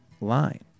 line